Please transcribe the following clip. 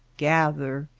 gather,